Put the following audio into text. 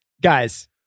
Guys